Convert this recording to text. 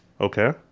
Okay